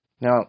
Now